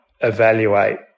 evaluate